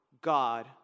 god